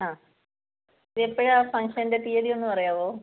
ആ ഇത് എപ്പോഴാണ് ഫങ്ഷൻ്റെ തീയതി ഒന്ന് പറയാമോ